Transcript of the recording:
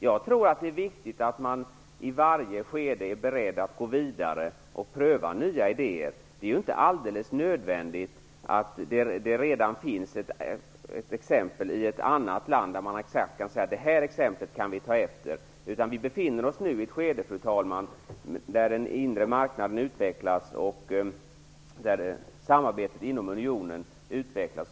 Jag tror att det är viktigt att man i varje skede är beredd att gå vidare och pröva nya idéer. Det är ju inte alldeles nödvändigt att det redan finns ett exempel i ett annat land, så att man exakt kan säga att detta exempel kan vi ta efter. Vi befinner oss nu i ett skede, fru talman, där den inre marknaden och samarbetet inom unionen utvecklas.